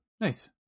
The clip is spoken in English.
Nice